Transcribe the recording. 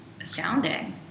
astounding